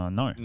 no